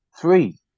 three